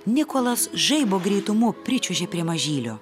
nikolas žaibo greitumu pričiuožė prie mažylio